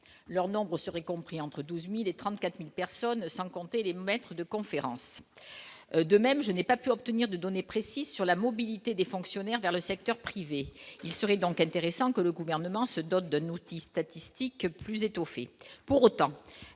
leur nombre serait compris entre 12000 et 34000 personnes, sans compter les maîtres de conférences, de même je n'ai pas pu obtenir de données précises sur la mobilité des fonctionnaires vers le secteur privé, il serait donc intéressant que le gouvernement se dote de notices plus étoffé